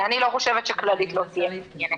אני לא חושבת שכללית לא תהיה מעוניינת.